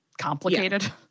complicated